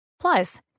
Plus